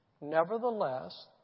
Nevertheless